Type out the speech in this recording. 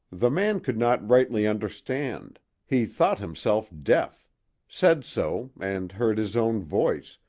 the man could not rightly understand he thought himself deaf said so, and heard his own voice,